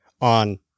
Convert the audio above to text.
on